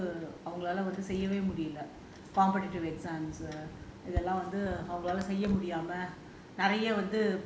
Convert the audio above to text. அதெல்லாம் வந்து அவங்களால வந்து செய்யவே முடில:athellaam vanthu avangalaala vanthu seyyavae mudila family to make sense err இதெல்லாம் வந்து செய்ய முடியாம:ithellam vanthu seiya mudiyaama